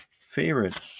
favorite